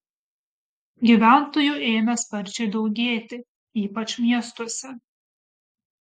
gyventojų ėmė sparčiai daugėti ypač miestuose